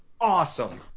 awesome